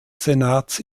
senats